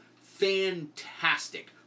fantastic